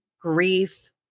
grief